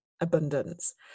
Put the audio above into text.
abundance